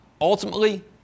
Ultimately